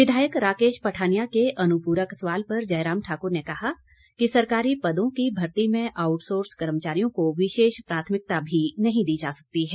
विधायक राकेश पठानिया के अनुप्रिक सवाल पर जयराम ठाक्र ने कहा कि सरकारी पदों की भर्ती में आउटसोर्स कर्मचारियों को विशेष प्राथमिकता भी नहीं दी जा सकती है